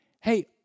Hey